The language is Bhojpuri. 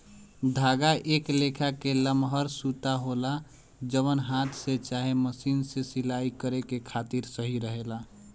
धागा एक लेखा के लमहर सूता होला जवन हाथ से चाहे मशीन से सिलाई करे खातिर सही रहेला